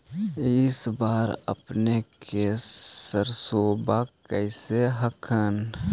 इस बार अपने के सरसोबा कैसन हकन?